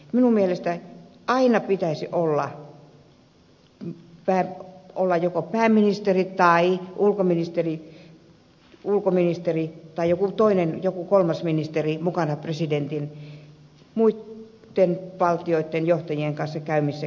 minun mielestäni aina pitäisi olla joko pääministeri tai ulkoministeri tai joku kolmas ministeri mukana presidentin muitten valtioitten johtajien kanssa käymissä keskusteluissa